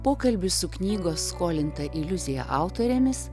pokalbis su knygos skolinta iliuzija autorėmis